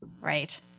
Right